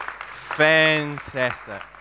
Fantastic